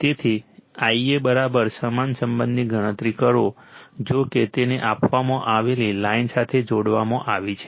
તેથી Ia સમાન સંબંધની ગણતરી કરો જો કે તેને આપવામાં આવેલી લાઇન સાથે જોડવામાં આવી છે